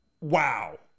Wow